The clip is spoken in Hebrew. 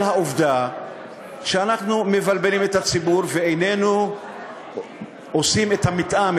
העובדה שאנחנו מבלבלים את הציבור ואיננו עושים את המתאם,